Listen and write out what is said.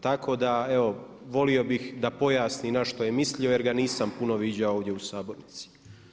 Tako da evo volio bih da pojasni na što je mislio jer ga nisam puno viđao ovdje u sabornici.